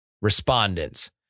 respondents